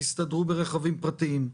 תסתדרו ברכבים פרטיים.